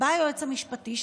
בא היועץ המשפטי,